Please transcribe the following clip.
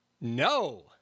No